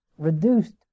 reduced